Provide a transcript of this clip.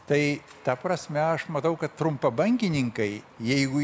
tai ta prasme aš matau kad trumpabangininkai jeigu